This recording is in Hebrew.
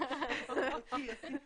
12 ו-13 לתקנות הסדר זכויות במקרקעין.